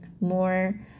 more